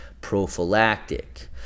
Prophylactic